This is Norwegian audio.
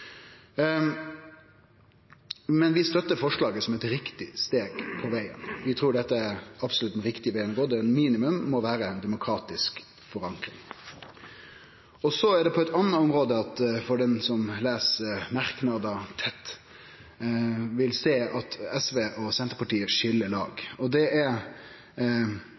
Men vi støttar forslaget, som er eit riktig steg på vegen. Vi trur dette absolutt er den riktige vegen å gå, der det minimum må vere ei demokratisk forankring. Så er det på eit anna område at – han eller ho som les merknader tett, vil sjå det – SV og Senterpartiet skil lag. Det er